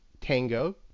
Tango